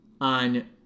on